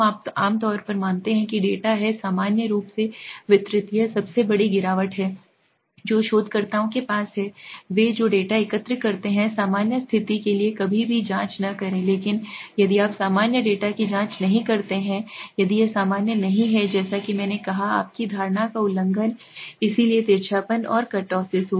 हम आमतौर पर मानते हैं कि डेटा है सामान्य रूप से वितरित यह सबसे बड़ी गिरावट है जो शोधकर्ताओं के पास है वे जो डेटा एकत्र करते हैं सामान्य स्थिति के लिए कभी भी जाँच न करें लेकिन यदि आप सामान्य डेटा की जाँच नहीं करते हैं यदि यह सामान्य नहीं है जैसा कि मैंने कहा आपकी धारणा का उल्लंघन ठीक है इसलिए तिरछापन और कुर्तोसिस